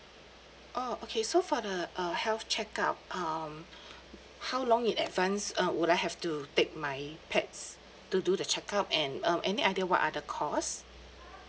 oh okay so for the uh health checkup um how long in advance uh would I have to take my pets to do the checkup and um any idea what are the cost